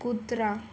कुत्रा